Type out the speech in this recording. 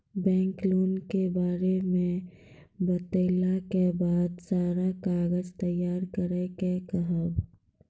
Bank loan के बारे मे बतेला के बाद सारा कागज तैयार करे के कहब?